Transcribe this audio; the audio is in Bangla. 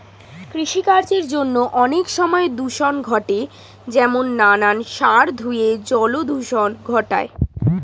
কৃষিকার্যের জন্য অনেক সময় দূষণ ঘটে যেমন নানান সার ধুয়ে জল দূষণ ঘটায়